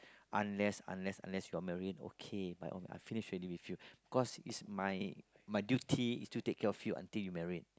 unless unless unless you got married okay my own I finish already with you because it's my my duty is to take care of you until you get married